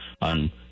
on